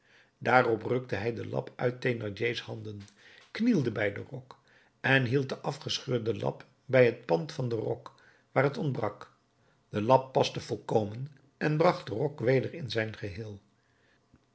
daarop rukte hij de lap uit thénardiers handen knielde bij den rok en hield de afgescheurde lap bij het pand van den rok waar het ontbrak de lap paste volkomen en bracht den rok weder in zijn geheel